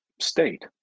state